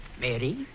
Mary